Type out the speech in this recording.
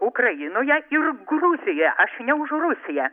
ukrainoje ir gruzijoje aš ne už rusiją